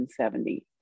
170